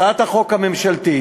הצעת החוק הממשלתית